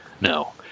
No